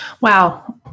Wow